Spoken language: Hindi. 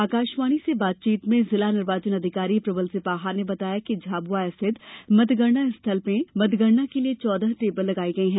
आकाशवाणी से बातचीत में जिला निर्वाचन अधिकारी प्रबल सिपाहा ने बताया कि झाबुआ स्थित मतगणना स्थल में मतगणना के लिए चौदह टेबल लगायी गयी हैं